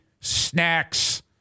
snacks